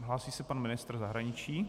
Hlásí se pan ministr zahraničí?